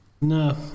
No